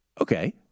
Okay